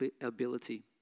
ability